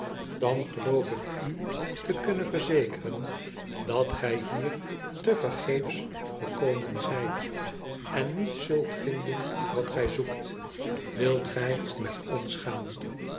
idan geloof ik u te kunnen verzekeren dat gij hier tevergeefs gekomen zijt en niet zult vinden wat gij zoekt wilt gij met ons gaanl